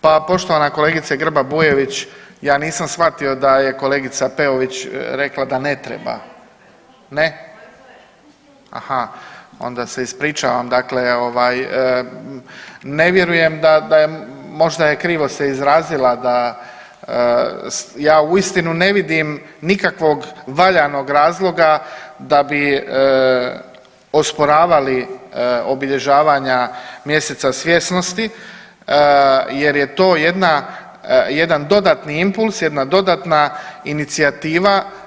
Pa poštovana kolegice Grba-Bujević ja nisam shvatio da je kolegica Peović rekla da ne treba.… [[Upadica iz klupe se ne razumije]] Ne, aha, onda se ispričavam, dakle ovaj ne vjerujem da, da možda je krivo se izrazila da, ja uistinu ne vidim nikakvog valjanog razloga da bi osporavali obilježavanja mjeseca svjesnosti jer je to jedna, jedan dodatni impuls, jedna dodatna inicijativa.